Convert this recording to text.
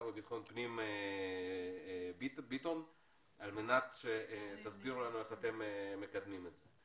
במשרד הביטחון ביטון על מנת לקבל הסבר איך אתם מקדמים את זה.